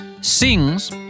sings